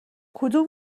کدوم